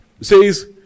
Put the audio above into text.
says